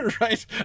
right